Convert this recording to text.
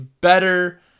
better